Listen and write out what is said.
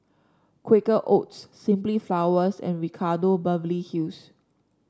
Quaker Oats Simply Flowers and Ricardo Beverly Hills